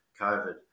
COVID